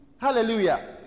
hallelujah